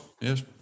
yes